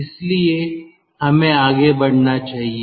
इसलिए हमें आगे बढ़ना चाहिए